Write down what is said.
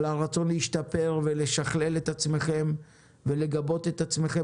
על הרצון להשתפר ולשכלל את עצמם ולגבת את עצמכם